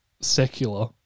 Secular